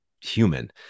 human